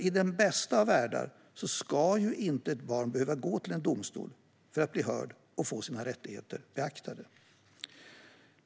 I den bästa av världar ska ju inte ett barn behöva gå till en domstol för att bli hörd och få sina rättigheter beaktade.